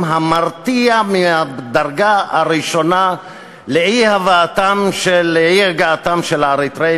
המרתיע מהמדרגה הראשונה לאי-הגעתם של האריתריאים